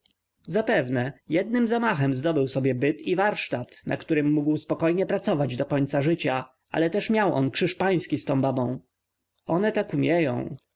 jednym zamachem zdobył sobie byt i warsztat na którym mógł spokojnie pracować do końca życia ale też miał on krzyż pański z babą one to umieją